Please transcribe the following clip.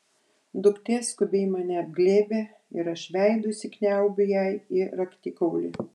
duktė skubiai mane apglėbia ir aš veidu įsikniaubiu jai į raktikaulį